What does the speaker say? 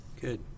Good